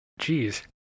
Jeez